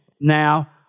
now